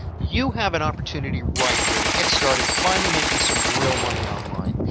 you have an opportunity right here to get started finally making some real money online.